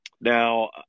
Now